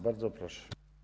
Bardzo proszę.